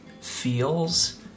feels